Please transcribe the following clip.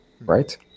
right